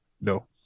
No